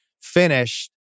finished